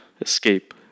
escape